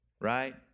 right